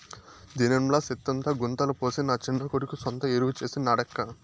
దినంలా సెత్తంతా గుంతల పోసి నా చిన్న కొడుకు సొంత ఎరువు చేసి నాడక్కా